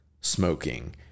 smoking